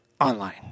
online